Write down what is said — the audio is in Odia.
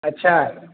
ଆଚ୍ଛା